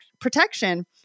protection